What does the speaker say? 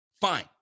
Fine